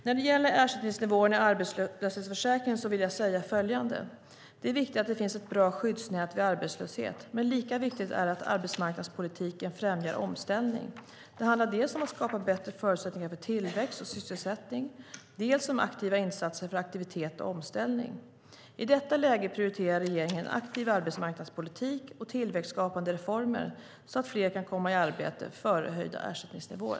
När det gäller ersättningsnivåerna i arbetslöshetsförsäkringen vill jag säga följande: Det är viktigt att det finns ett bra skyddsnät vid arbetslöshet, men lika viktigt är det att arbetsmarknadspolitiken främjar omställning. Det handlar dels om att skapa bättre förutsättningar för tillväxt och sysselsättning, dels om aktiva insatser för aktivitet och omställning. I detta läge prioriterar regeringen en aktiv arbetsmarknadspolitik och tillväxtskapande reformer så att fler kan komma i arbete före höjda ersättningsnivåer.